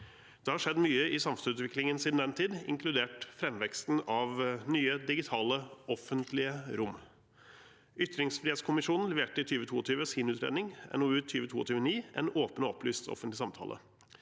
Det har skjedd mye i samfunnsutviklingen siden den tid, inkludert framveksten av nye digitale offentlige rom. Ytringsfrihetskommisjonen leverte i 2022 sin utredning, NOU 2022: 9 – En åpen og opplyst offentlig samtale.